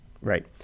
right